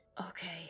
okay